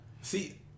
See